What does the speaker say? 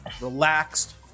relaxed